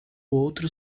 outro